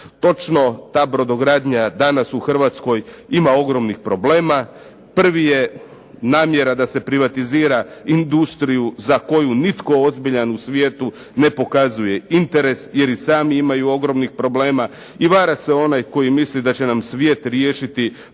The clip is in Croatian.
Točno, ta brodogradnja danas u Hrvatskoj ima ogromnih problema. Prvi je namjera da se privatizira industriju za koju nitko ozbiljan u svijetu ne pokazuje interes, jer i sami imaju ogromnih problema i vara se onaj koji mislim da će nam svijet riješiti problem